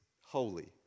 holy